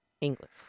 English